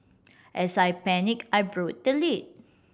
as I panic I broke the lid